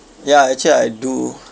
ya actually I do